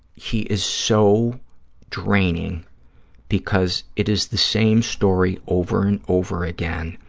he is so draining because it is the same story over and over again,